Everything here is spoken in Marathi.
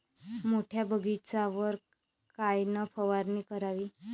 मोठ्या बगीचावर कायन फवारनी करावी?